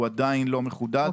הוא עדיין לא מחודד.